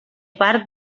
part